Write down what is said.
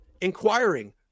inquiring